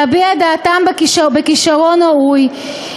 להביע את דעתם בכישרון ראוי,